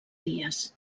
dies